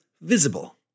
visible